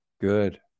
good